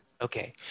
Okay